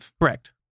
Correct